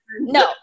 No